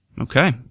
Okay